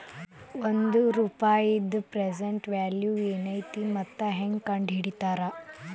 ಒಂದ ರೂಪಾಯಿದ್ present value ಏನೈತಿ ಮತ್ತ ಹೆಂಗ ಕಂಡಹಿಡಿತಾರಾ